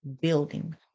building